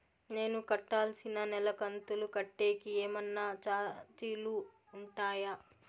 నేను కట్టాల్సిన నెల కంతులు కట్టేకి ఏమన్నా చార్జీలు ఉంటాయా?